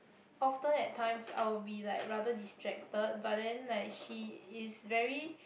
often at times I will be like rather distracted but then like she is very